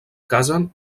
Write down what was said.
casen